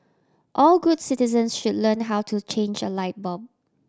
all good citizens should learn how to change a light bulb